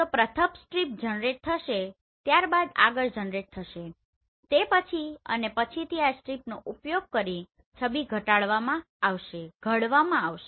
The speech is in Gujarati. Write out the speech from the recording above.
તો પ્રથમ સ્ટ્રીપ જનરેટ થશે ત્યારબાદ આગળ જનરેટ થશે તે પછી અને પછીથી આ સ્ટ્રીપ્સનો ઉપયોગ કરીને છબી ઘડવામાં આવશે